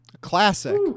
Classic